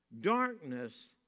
Darkness